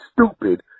stupid